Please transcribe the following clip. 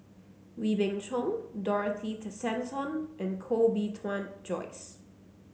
Wee Beng Chong Dorothy Tessensohn and Koh Bee Tuan Joyce